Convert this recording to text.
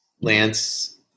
Lance